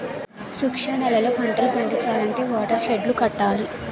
శుష్క నేలల్లో పంటలు పండించాలంటే వాటర్ షెడ్ లు కట్టాల